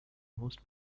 most